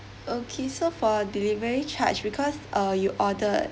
okay so for delivery charge because uh you ordered